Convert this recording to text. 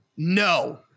No